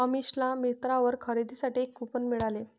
अमिषाला मिंत्रावर खरेदीसाठी एक कूपन मिळाले